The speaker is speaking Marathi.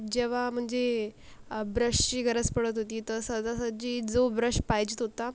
जेव्हा म्हणजे ब्रशची गरज पडत होती तर सहजासहजी जो ब्रश पाहिजे होता